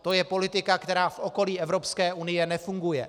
To je politika, která v okolí Evropské unie nefunguje.